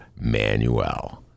Manuel